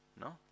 no